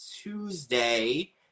Tuesday